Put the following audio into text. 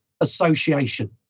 association